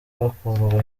bakurwa